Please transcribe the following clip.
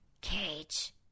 Cage